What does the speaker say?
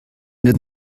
den